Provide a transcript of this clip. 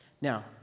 Now